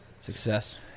success